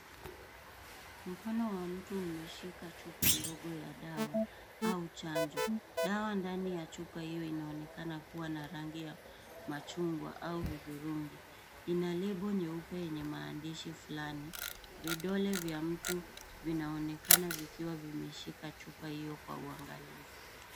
Mkono wa mtu umeshika chupa ndogo ya dawa au chanjo. Dawa ndani ya chupa hiyo inaonekana kuwa na rangi ya machungwa au hudhurungi. Ina lebo nyeupe yenye maandishi fulani. Vidole vya mtu vinaonekana vikiwa vimeshika chupa hiyo nkwa uangalifu.